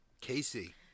Casey